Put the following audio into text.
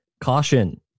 Caution